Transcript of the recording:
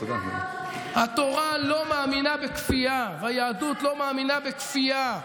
התורה לא מאמינה בכפייה והיהדות לא מאמינה בכפייה.